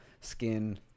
skin